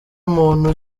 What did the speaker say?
muntu